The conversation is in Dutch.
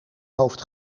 hoofd